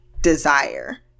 desire